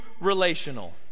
relational